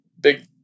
big